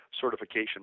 certification